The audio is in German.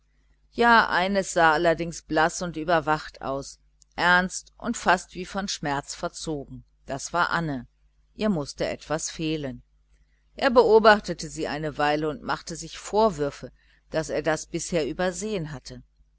ja eines sah allerdings blaß und überwacht aus ernst und fast wie von schmerz verzogen das war anne ihr mußte etwas fehlen er beobachtete sie eine weile und machte sich vorwürfe daß er das bisher übersehen hatte